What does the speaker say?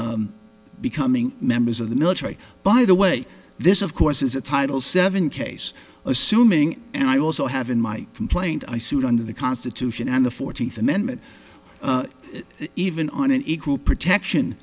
becoming members of the military by the way this of course is a title seven case assuming and i also have in my complaint i sued under the constitution and the forty amendment even on an equal protection